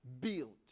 built